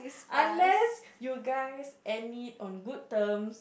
unless you guys end it on good terms